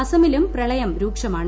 അസ്സമിലും പ്രളയം രൂക്ഷമാണ്